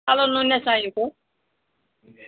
कालो नुनिया चाहिएको